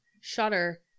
shutter